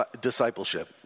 discipleship